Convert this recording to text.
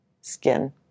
skin